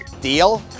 Deal